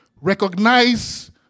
Recognize